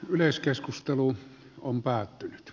yleiskeskustelu on päättynyt